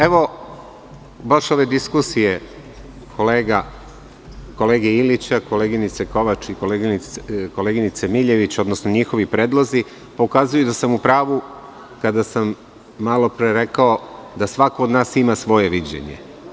Evo, baš ove diskusije kolege Ilića, koleginice Kovač i koleginice Miljević, odnosno njihovi predlozi, pokazuju da sam u pravu kada sam malopre rekao da svako od nas ima svoje viđenje.